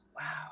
Wow